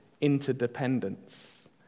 interdependence